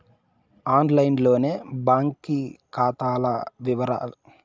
ఆన్లైన్లోనే బాంకీ కాతా వివరాలు తనఖీ చేయడం, ఫిక్సిడ్ డిపాజిట్ల తెరవడం చేయచ్చు